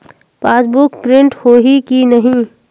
Passbook print होही कि नहीं?